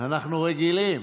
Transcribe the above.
אנחנו רגילים.